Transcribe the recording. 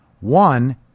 One